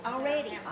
Already